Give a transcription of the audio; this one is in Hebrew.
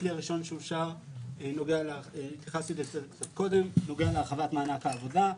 הכלי הראשון שאושר נוגע התייחסתי לזה קודם להרחבת מענק העבודה.